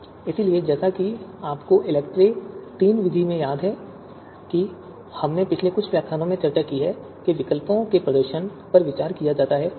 इसलिए जैसा कि आपको इलेक्ट्री III विधि में याद है कि हमने पिछले कुछ व्याख्यानों में चर्चा की है विकल्पों के प्रदर्शन पर विचार किया जाता है